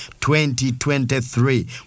2023